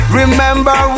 remember